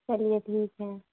चलिए ठीक है